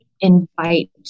invite